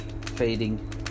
fading